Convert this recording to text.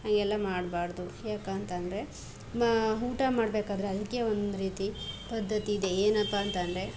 ಹಾಗೆಲ್ಲ ಮಾಡಬಾರ್ದು ಯಾಕಂತ ಅಂದ್ರೆ ಮ ಊಟ ಮಾಡಬೇಕಾದ್ರೆ ಅದಕ್ಕೆ ಒಂದು ರೀತಿ ಪದ್ಧತಿಯಿದೆ ಏನಪ್ಪಾ ಅಂತ ಅಂದ್ರೆ